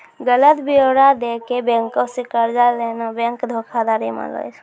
गलत ब्योरा दै के बैंको से कर्जा लेनाय बैंक धोखाधड़ी मानलो जाय छै